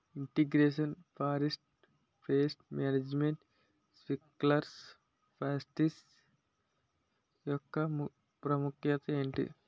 integration forest pest management silvicultural practice యెక్క ప్రాముఖ్యత ఏంటి